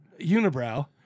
unibrow